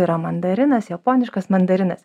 yra mandarinas japoniškas mandarinas